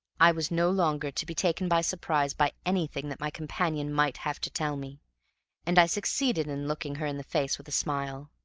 i was no longer to be taken by surprise by anything that my companion might have to tell me and i succeeded in looking her in the face with a smile.